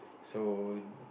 so